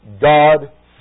God